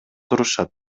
турушат